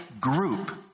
group